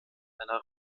einer